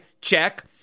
check